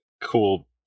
Cool